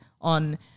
on